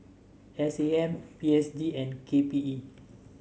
S A M P S D and K P E